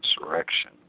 insurrection